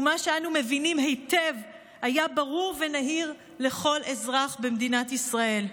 ומה שאנו מבינים היטב היה ברור ונהיר לכל אזרח במדינת ישראל.